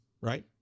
right